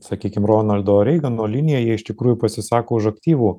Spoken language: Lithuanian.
sakykim ronaldo reigano liniją jie iš tikrųjų pasisako už aktyvų